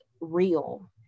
real